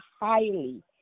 highly